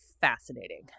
fascinating